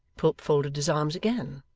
quilp folded his arms again,